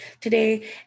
today